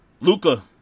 Luca